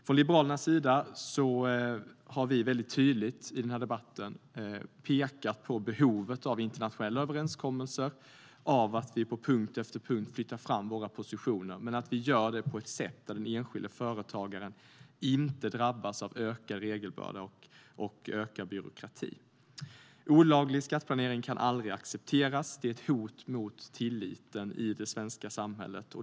Från Liberalernas sida har vi i debatten tydligt pekat på behovet av internationella överenskommelser och att vi på punkt efter punkt flyttar fram positioner men gör det på ett sätt så att den enskilda företagaren inte drabbas av ökad regelbörda och ökad byråkrati. Olaglig skatteplanering kan aldrig accepteras. Det är ett hot mot tilliten i det svenska samhället.